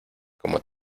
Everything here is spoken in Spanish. como